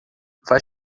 vai